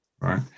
Right